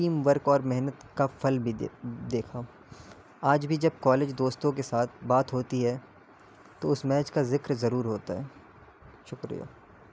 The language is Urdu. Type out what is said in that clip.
ٹیم ورک اور محنت کا پھل بھی د دیکھا آج بھی جب کالج دوستوں کے ساتھ بات ہوتی ہے تو اس میچ کا ذکر ضرور ہوتا ہے شکریہ